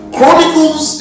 Chronicles